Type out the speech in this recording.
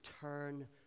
turn